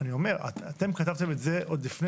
אני אומר שאתם כתבתם את זה עוד לפני